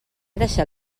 deixat